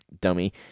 dummy